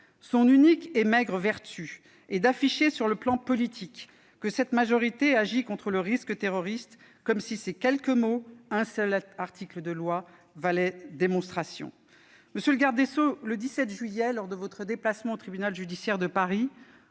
Son unique et maigre vertu est d'afficher sur le plan politique que cette majorité agit contre le risque terroriste comme si ces quelques mots valaient démonstration. Monsieur le garde des sceaux, le 17 juillet dernier, lors de votre déplacement au tribunal judiciaire de Paris,